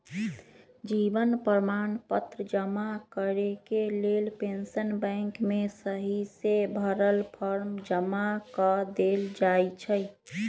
जीवन प्रमाण पत्र जमा करेके लेल पेंशन बैंक में सहिसे भरल फॉर्म जमा कऽ देल जाइ छइ